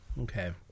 Okay